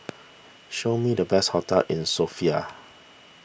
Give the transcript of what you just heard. show me the best hotels in Sofia